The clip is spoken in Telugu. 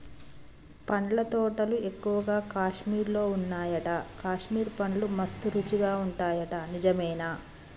పండ్ల తోటలు ఎక్కువగా కాశ్మీర్ లో వున్నాయట, కాశ్మీర్ పండ్లు మస్త్ రుచి ఉంటాయట నిజమేనా